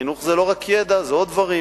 חינוך זה לא רק ידע, זה עוד דברים.